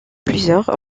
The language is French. plusieurs